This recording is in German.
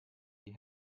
die